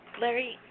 Larry